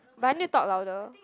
but I need to talk louder